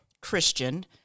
Christian